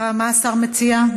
מה השר מציע?